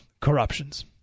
corruptions